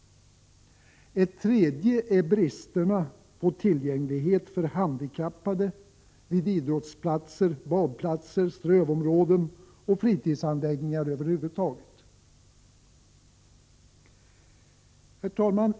Ett tredje exempel är avsaknaden på tillgänglighet för handikappade när det gäller idrottsplatser, badplatser, strövområden och fritidsanläggningar över huvud taget. Herr talman!